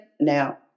now